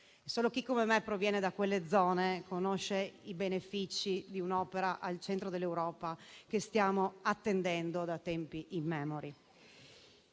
Solo chi, come me, proviene da quelle zone conosce i benefici di un'opera al centro dell'Europa, che stiamo attendendo da tempi immemori.